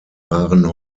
waren